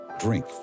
Drink